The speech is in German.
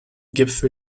gipfel